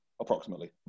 Approximately